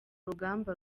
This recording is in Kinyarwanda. rugamba